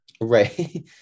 Right